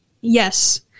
yes